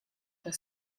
the